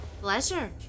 Pleasure